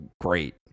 great